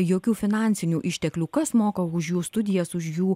jokių finansinių išteklių kas moka už jų studijas už jų